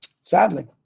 sadly